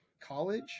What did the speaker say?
college